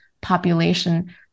population